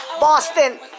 Boston